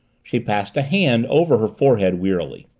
she passed a hand over her forehead wearily.